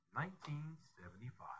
1975